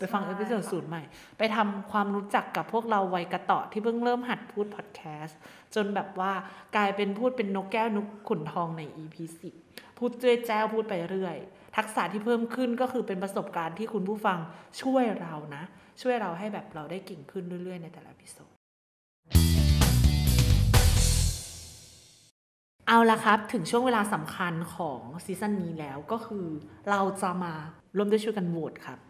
ไปฟังเอพิโซดศูนย์ใหม่ ไปทำความรู้จักกับพวกเราวัยกระเตาะที่เพิ่งเริ่มหัดพูดพอดแคสต์ จนแบบว่ากลายเป็นพูดเป็นนกแก้วนกขุนทองใน EP10 พูดเจ้ยแจ้วพูดไปเรื่อย ทักษะที่เพิ่มขึ้นก็คือเป็นประสบการณ์ที่คุณผู้ฟังช่วยเรานะ ช่วยเราให้แบบเราได้เก่งขึ้นเรื่อยๆ ในแต่ละเอพิโซด เอาล่ะครับ ถึงช่วงเวลาสำคัญของซีซั่นนี้แล้ว ก็คือเราจะมาร่วมด้วยช่วยกันโหวตครับ